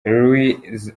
luis